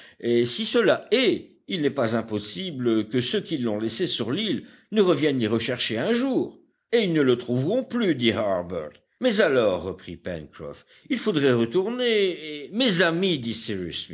et si cela est il n'est pas impossible que ceux qui l'ont laissé sur l'île ne reviennent l'y rechercher un jour et ils ne le trouveront plus dit harbert mais alors reprit pencroff il faudrait retourner et mes amis dit